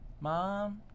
Mom